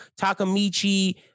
Takamichi